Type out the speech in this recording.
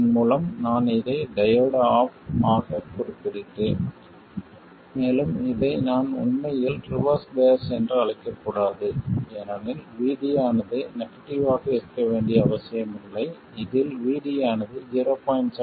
இதன் மூலம் நான் இதை டையோடு ஆஃப் ஆகக் குறிப்பிடுகிறேன் மேலும் இதை நான் உண்மையில் ரிவர்ஸ் பயாஸ் என்று அழைக்கக்கூடாது ஏனெனில் VD ஆனது நெகட்டிவ் ஆக இருக்க வேண்டிய அவசியமில்லை இதில் VD ஆனது 0